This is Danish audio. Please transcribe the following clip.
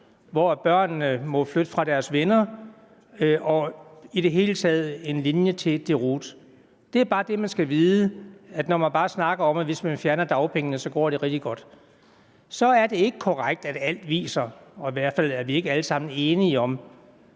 hvor børnene må flytte fra deres venner, i det hele taget en linje til deroute. Det er bare det, man skal vide, når man snakker om, at hvis man bare fjerner dagpengene, så går det rigtig godt. Så er det ikke korrekt, at alt viser – i hvert fald er vi ikke alle sammen enige om